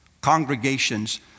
congregations